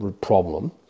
problem